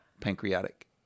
pancreatic